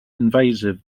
invasive